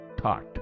thought